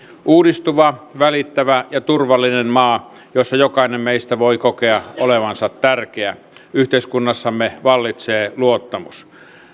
uudistuva välittävä ja turvallinen maa jossa jokainen meistä voi kokea olevansa tärkeä yhteiskunnassamme vallitsee luottamus